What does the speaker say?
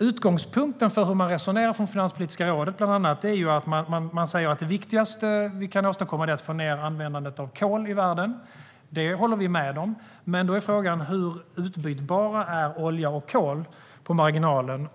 Utgångspunkten för Finanspolitiska rådet, bland annat, är att man säger: Det viktigaste vi kan åstadkomma är att få ned användandet av kol i världen. Det håller vi med om. Men då är frågan: Hur utbytbara är olja och kol på marginalen?